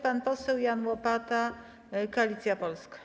Pan poseł Jan Łopata, Koalicja Polska.